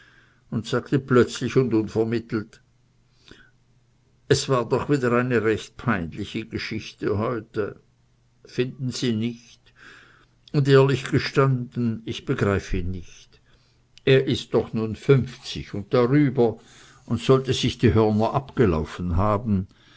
und sagte plötzlich und unvermittelt es war doch wieder eine recht peinliche geschichte heute finden sie nicht und ehrlich gestanden ich begreif ihn nicht er ist doch nun fünfzig und darüber und sollte sich die hörner abgelaufen haben